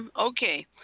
Okay